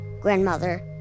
grandmother